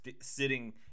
sitting